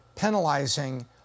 penalizing